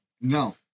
No